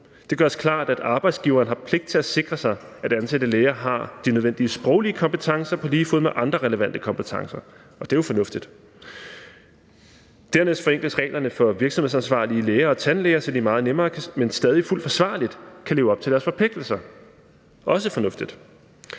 Det gøres klart, at arbejdsgiveren har pligt til at sikre sig, at ansatte læger har de nødvendige sproglige kompetencer på lige fod med andre relevante kompetencer, og det er jo fornuftigt. Dernæst forenkles reglerne for virksomhedsansvarlige læger og tandlæger, så de meget nemmere, men stadig fuldt forsvarligt kan leve op til deres forpligtelser. Det er også fornuftigt.